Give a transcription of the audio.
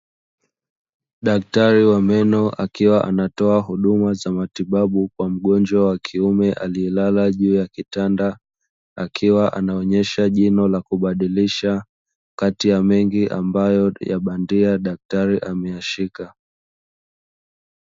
Daktari wa meno akiwa anatoa huduma za matibabu kwa mgonjwa wa kiume aliyelala juu ya kitanda, akiwa anaonyesha jino la kubadilisha kati ya mengi ambayo ya bandia daktari ameyashika.